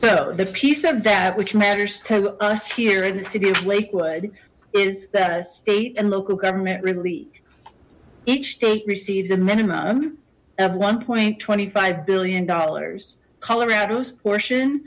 so the piece of that which matters to us here in the city of lakewood is the state and local government relief each state receives a minimum of one twenty five billion dollars colorado's portion